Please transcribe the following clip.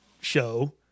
show